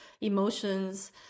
emotions